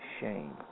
shame